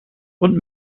und